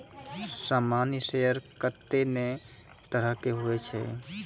सामान्य शेयर कत्ते ने तरह के हुवै छै